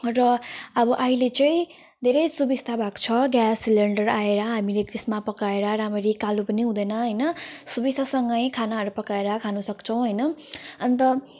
र अब अहिले चाहिँ धेरै सुविस्ता भएको छ ग्यास सिलेन्डर आएर हामीले त्यसमा पकाएर राम्ररी कालो पनि हुँदैन हैन सुविस्तासँगै खानाहरू पकाएर खानु सक्छौँ हैन अनि त